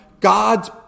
God's